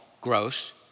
gross